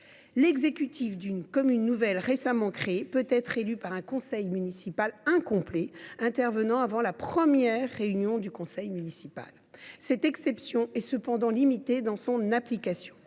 l’exécutif d’une commune nouvelle récemment créée peut être élu par un conseil municipal incomplet, intervenant avant la première réunion du conseil municipal. Cette exception est toutefois limitée dans son application